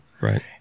right